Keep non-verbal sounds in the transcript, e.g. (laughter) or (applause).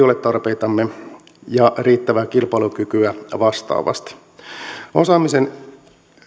(unintelligible) ole tarpeitamme ja riittävää kilpailukykyä vastaavasti osaamisen